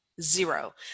Zero